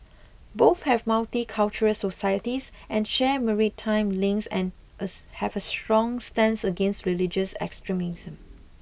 both have multicultural societies and share maritime links and as have a strong stance against religious extremism